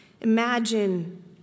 Imagine